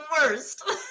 worst